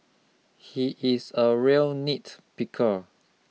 he is a real nitpicker